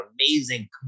amazing